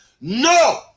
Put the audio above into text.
No